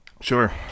Sure